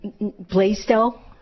Blaisdell